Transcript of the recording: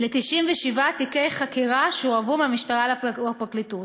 ל־97 תיקי חקירה שהועברו מהמשטרה לפרקליטות,